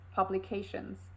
publications